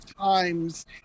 Times